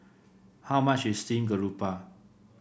how much is Steamed Garoupa